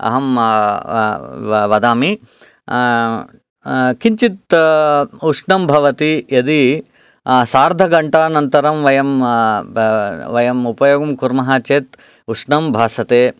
अहं व वदामि किञ्चित् उष्णं भवति यदि सार्धघण्टानन्तरं वयं वयम् उपयोगं कुर्मः चेत् उष्णं भासते